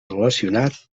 relacionat